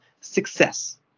Success